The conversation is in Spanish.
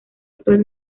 actual